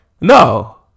No